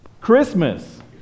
Christmas